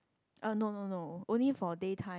uh no no no only for day time